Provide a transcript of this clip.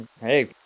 Hey